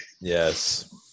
Yes